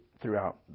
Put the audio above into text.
throughout